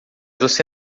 você